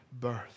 birth